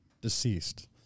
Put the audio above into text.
deceased